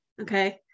Okay